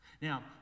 Now